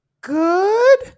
good